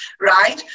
right